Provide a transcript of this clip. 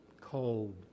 cold